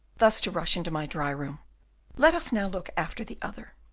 thus to rush into my dry-room let us now look after the other.